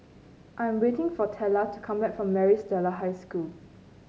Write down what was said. I am waiting for Tella to come back from Maris Stella High School